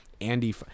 andy